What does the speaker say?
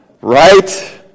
right